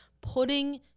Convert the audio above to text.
putting